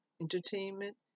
entertainment